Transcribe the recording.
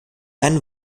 einen